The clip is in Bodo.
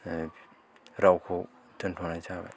रावखौ दोनथ' नाय जाबाय